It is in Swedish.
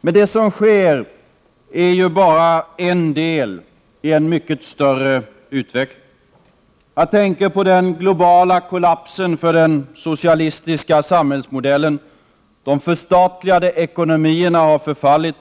Men det som nu sker är bara en del i en mycket större utveckling. Jag tänker på den globala kollapsen för den socialistiska samhällsmodellen. De förstatligade ekonomierna har förfallit.